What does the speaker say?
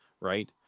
right